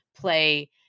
play